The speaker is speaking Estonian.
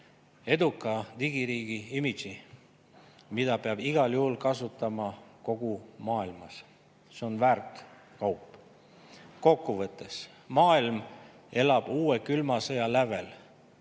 eduka digiriigi imidži, mida peab igal juhul kasutama kogu maailmas. See on väärt kaup. Kokku võttes. Maailm elab uue külma sõja lävel,